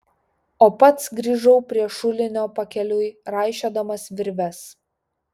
o pats grįžau prie šulinio pakeliui raišiodamas virves